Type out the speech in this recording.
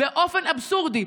באופן אבסורדי,